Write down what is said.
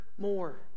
more